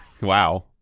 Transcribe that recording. wow